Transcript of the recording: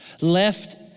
left